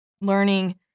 Learning